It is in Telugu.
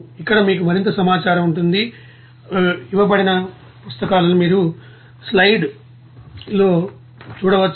అక్కడ మీకు మరింత సమాచారం ఉంటుంది